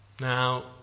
Now